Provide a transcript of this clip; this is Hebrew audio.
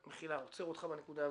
מחילה, אני עוצר אותך בנקודה הזאת.